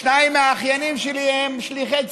שניים מהאחיינים שלי הם שליחי ציבור,